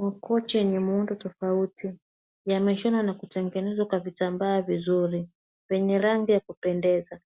Makochi yenye muundo tofauti yameshonwa na kutengenezwa kwa vitambaa vizuri vyenye rangi ya kupendeza,